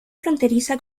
fronteriza